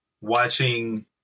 watching